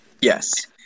yes